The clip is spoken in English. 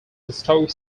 stoke